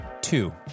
Two